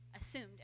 Assumed